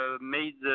made